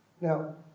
Now